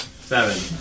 Seven